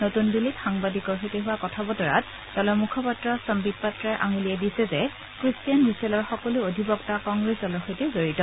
নতুন দিল্লীত সাংবাদিকৰ সৈতে হোৱা কথাবতৰাত দলৰ মুখপাত্ৰ চন্থিত পাত্ৰাই আঙুলিয়াই দিছে যে ক্ৰিষ্টিয়ান মিচেলৰ সকলো অধিবক্তা কংগ্ৰেছ দলৰ সৈতে জড়িত